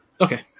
Okay